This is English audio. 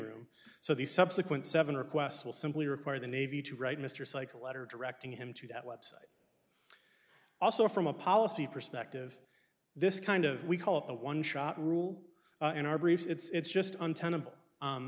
room so the subsequent seven requests will simply require the navy to write mr sikes a letter directing him to that website also from a policy perspective this kind of we call it a one shot rule in our briefs it's just